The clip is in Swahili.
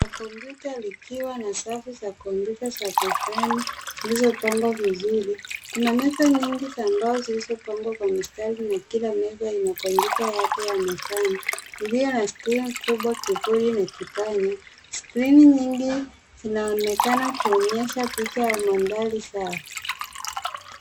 Kompyuta likiwa na safu za komyuta za mezani zilizopangwa vizuri .Kuna meza nyingi za mbao zilizopangwa kwa mstari na kila meza ina kompyuta yake ya mezani iliyo na skrini kubwa, kibodi na kipanya .Skrini nyingi zinaonekana kuonyesha picha ya mandhari sawa.